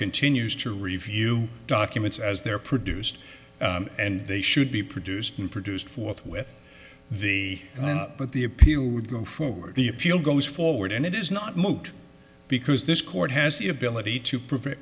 continues to review documents as they're produced and they should be produced and produced forthwith the but the appeal would go forward the appeal goes forward and it is not my because this court has the ability to prove